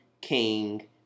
king